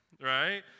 right